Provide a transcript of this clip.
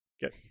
get